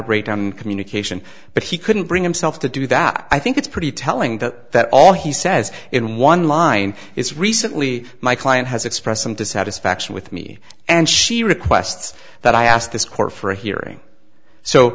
a breakdown in communication but he couldn't bring himself to do that i think it's pretty telling that all he says in one line is recently my client has expressed some dissatisfaction with me and she requests that i ask this court for a hearing so